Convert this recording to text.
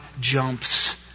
jumps